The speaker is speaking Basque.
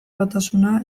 batasuna